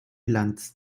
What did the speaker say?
bilanz